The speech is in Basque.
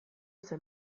zen